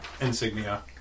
insignia